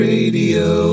Radio